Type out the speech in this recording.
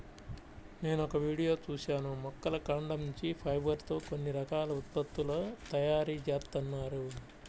నేనొక వీడియో చూశాను మొక్కల కాండం నుంచి ఫైబర్ తో కొన్ని రకాల ఉత్పత్తుల తయారీ జేత్తన్నారు